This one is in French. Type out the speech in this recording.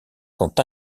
sont